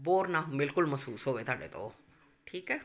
bore ਨਾ ਬਿਲਕੁਲ ਮਹਿਸੂਸ ਹੋਵੇ ਤੁਹਾਡੇ ਤੋਂ ਉਹ ਠੀਕ ਹੈ